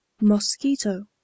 mosquito